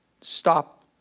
stop